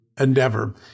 endeavor